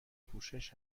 پوشش